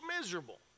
miserable